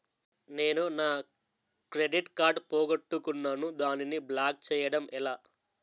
నేను నా credit card పోగొట్టుకున్నాను దానిని బ్లాక్ చేయడం ఎలా?